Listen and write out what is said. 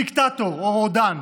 כמעט דיקטטור או רודן.